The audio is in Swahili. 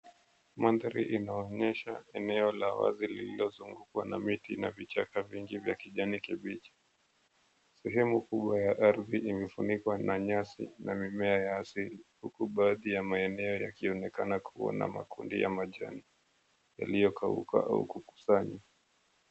Mandhari inaonyesha eneo la wazi lililozungukwa na miti na vichaka vingi vya kijani kibichi. Sehemu kubwa ya ardhi imefunikwa na nyasi na mimea ya asili huku baadhi ya maeneo yakionekana kuwa na makundi ya majani yaliokauka au kukusanywa.